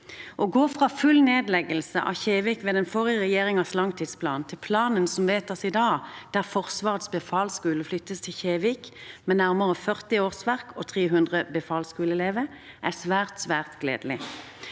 Å gå fra full nedleggelse av Kjevik ved den forrige regjeringens langtidsplan til planen som vedtas i dag, der Forsvarets befalsskole flyttes til Kjevik med nærmere 40 årsverk og 300 befalsskoleelever, er svært, svært gledelig.